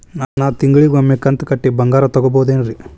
ನಾ ತಿಂಗಳಿಗ ಒಮ್ಮೆ ಕಂತ ಕಟ್ಟಿ ಬಂಗಾರ ತಗೋಬಹುದೇನ್ರಿ?